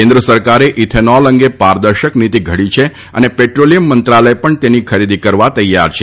કેન્દ્ર સરકારે ઇથેનોલ અંગે પારદર્શક નીતિ ઘડી છે અને પેટ્રોલિયમ મંત્રાલય પણ તેની ખરીદી કરવા તૈયાર છે